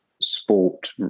sport